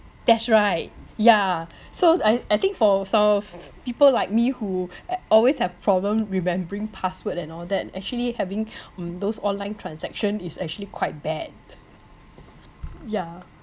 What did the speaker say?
that's right yeah so I I think for so~ people like me who always have problem remembering password and all that actually having mm those online transaction is actually quite bad yeah